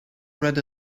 read